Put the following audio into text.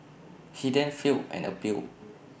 he then filed an appeal